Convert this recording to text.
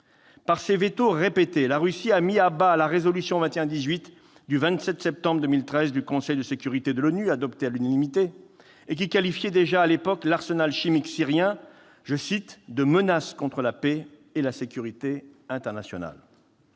Par ces veto répétés, la Russie a mis à bas la résolution 2118 du 27 septembre 2013 du Conseil de sécurité de l'ONU, adoptée à l'unanimité, et qui qualifiait déjà à l'époque l'arsenal chimique syrien de « menace contre la paix et la sécurité internationales ».